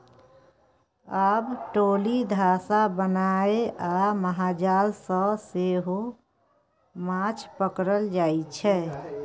आब ट्रोली, धासा बनाए आ महाजाल सँ सेहो माछ पकरल जाइ छै